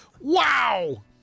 Wow